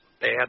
bad